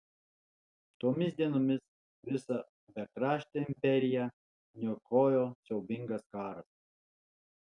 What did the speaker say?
tomis dienomis visą bekraštę imperiją niokojo siaubingas karas